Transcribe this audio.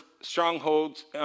strongholds